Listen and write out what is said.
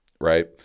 right